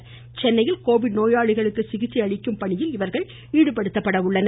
இவர்கள் சென்னையில் கோவிட் நோயாளிகளுக்கு சிகிச்சை அளிக்கும் பணியில் ஈடுபடுத்தப்பட உள்ளனர்